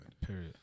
Period